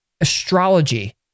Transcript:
astrology